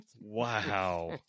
Wow